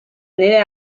nelle